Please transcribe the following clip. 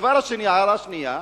הדבר השני, הערה שנייה,